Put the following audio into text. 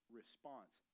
response